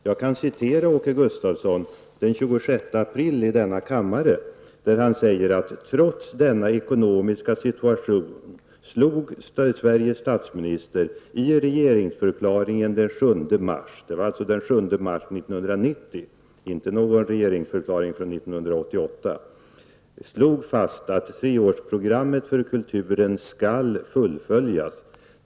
Den 26 april sade Åke Gustavsson i denna kammare: ''Trots denna ekonomiska situation slog mars'' -- det var alltså den 7 mars 1990, inte i någon regeringsförklaring från 1988 -- ''fast att treårsprogrammet för kulturen skall fullföljas.